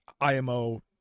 IMO